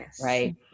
right